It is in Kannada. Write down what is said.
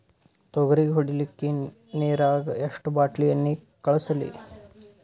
ತೊಗರಿಗ ಹೊಡಿಲಿಕ್ಕಿ ನಿರಾಗ ಎಷ್ಟ ಬಾಟಲಿ ಎಣ್ಣಿ ಕಳಸಲಿ?